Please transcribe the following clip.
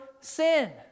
sin